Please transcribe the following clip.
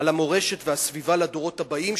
על המורשת והסביבה לדורות הבאים,